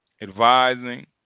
advising